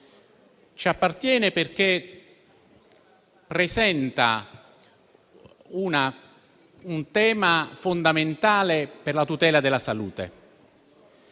Ci appartiene perché presenta un tema fondamentale per la tutela della salute,